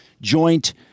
joint